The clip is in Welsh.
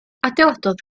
adeiladodd